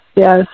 Yes